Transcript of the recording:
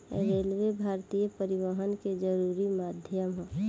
railway भारतीय परिवहन के जरुरी माध्यम ह